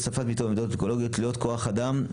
הוספת מיטות עמדות אונקולוגיות לעוד כוח אדם,